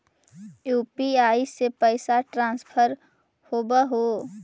UPI से पैसा transfer होवहै?